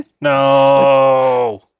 No